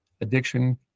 addiction